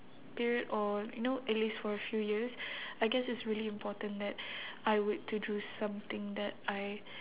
period or you know at least for a few years I guess it's really important that I were to do something that I